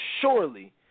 surely